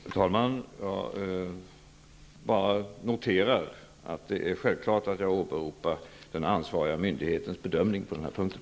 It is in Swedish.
Fru talman! Jag bara noterar att det är självklart att jag åberopar den ansvariga myndighetens bedömning på den här punkten.